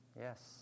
Yes